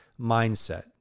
mindset